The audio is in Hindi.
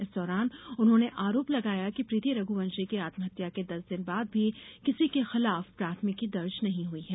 इस दौरान उन्होंने आरोप लगाया कि प्रीति रघुवंशी की आत्महत्या के दस दिन बाद भी किसी के खिलाफ प्राथमिकी दर्ज नहीं हुई है